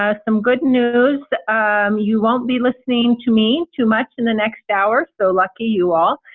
ah some good news um you won't be listening to me too much in the next hour, so lucky you all.